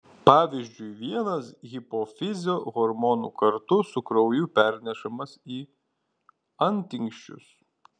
pavyzdžiui vienas hipofizio hormonų kartu su krauju pernešamas į antinksčius